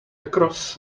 across